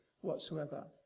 whatsoever